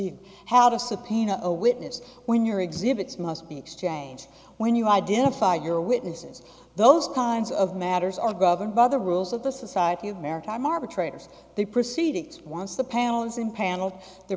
subpoena a witness when your exhibits must be exchanged when you identify your witnesses those kinds of matters are governed by the rules of the society of maritime arbitrators the proceedings once the pounds impaneled the